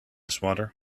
swatter